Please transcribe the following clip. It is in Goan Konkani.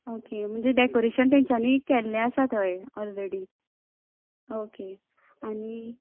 ओके म्हणजे डॅकोरेशन तेंच्यानी केल्लें आसा थंय ऑलरेडी ओके आनी